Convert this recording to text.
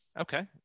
Okay